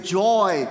joy